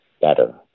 better